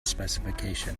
specification